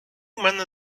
мене